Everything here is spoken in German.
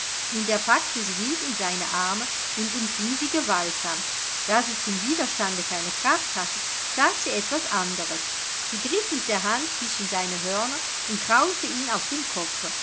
und er packte sie wild in seine arme und umfing sie gewaltsam da sie zum widerstande keine kraft hatte tat sie etwas anderes sie griff mit der hand zwischen seine hörner und kraute ihn auf dem kopfe